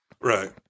Right